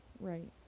Right